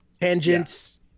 Tangents